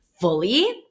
fully